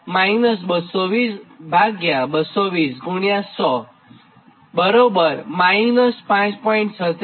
2 220220 100 5